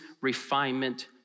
refinement